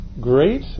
Great